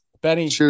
Benny